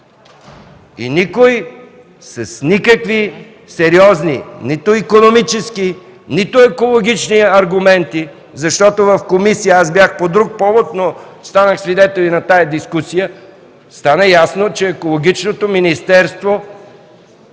Никой с никакви сериозни – нито икономически, нито екологични, аргументи, защото в комисията аз бях по друг повод, но станах свидетел и на тази дискусия и стана ясно, че Екологичното министерство